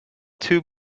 two